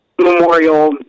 Memorial